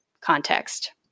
context